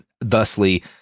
thusly